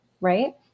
right